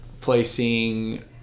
placing